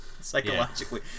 psychologically